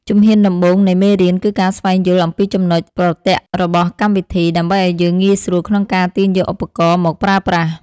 ជំហានដំបូងនៃមេរៀនគឺការស្វែងយល់អំពីចំណុចប្រទាក់របស់កម្មវិធី ដើម្បីឱ្យយើងងាយស្រួលក្នុងការទាញយកឧបករណ៍មកប្រើប្រាស់។